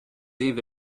eve